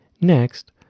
Next